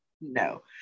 no